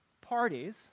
parties